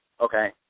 Okay